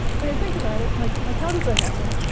when you think about it, like like how does that happen?